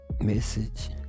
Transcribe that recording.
Message